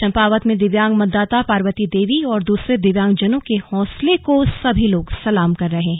चम्पावत में दिव्यांग मतदाता पावर्ती देवी और दूसरे दिव्यांगजनों के हौसलें को सभी लोग सलाम कर रहे हैं